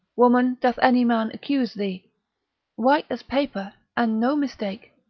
woman, doth any man accuse thee white as paper, and no mistake!